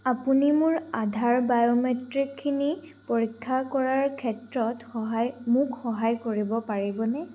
আপুনি মোৰ আধাৰ বায়োমেট্ৰিকখিনি পৰীক্ষা কৰাৰ ক্ষেত্ৰত সহায় মোক সহায় কৰিব পাৰিবনে